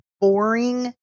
boring